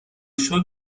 شکر